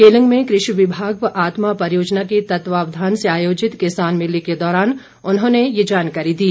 केलंग में कृषि विभाग व आत्मा परियोजना के तत्वावधान से आयोजित किसान मेले के दौरान उन्होंने ये जानकारी दी